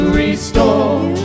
restore